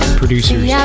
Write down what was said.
producers